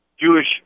Jewish